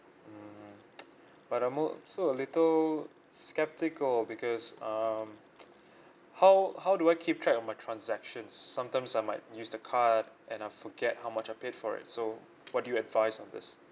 mm but I'm also a little skeptical because um how how do I keep track of my transactions sometimes I might use the card and I forget how much I paid for it so what do you advise on this